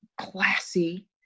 classy